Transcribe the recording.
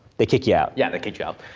they kick you out. yeah, they kicked you out.